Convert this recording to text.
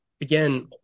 again